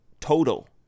total